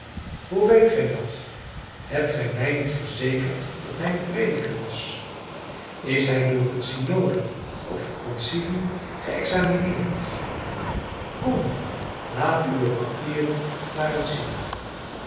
hoe weet gij dat hebt gij mij niet verzekerd dat hij een prediker was is hij door een synode of concilie geëxamineerd kom laat uwe papieren maar eens zien